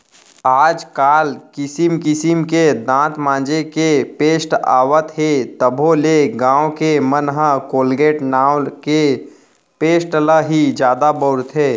आज काल किसिम किसिम के दांत मांजे के पेस्ट आवत हे तभो ले गॉंव के मन ह कोलगेट नांव के पेस्ट ल ही जादा बउरथे